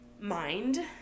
mind